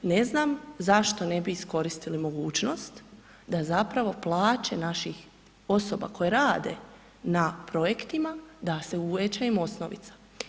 Ne znam zašto ne bi iskoristili mogućnost da zapravo plaće naših osoba koje rade na projektima da im se uveća osnovica?